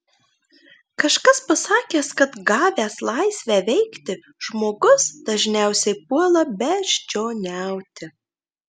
kažkas pasakęs kad gavęs laisvę veikti žmogus dažniausiai puola beždžioniauti